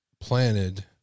planted